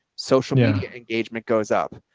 social media engagement goes up.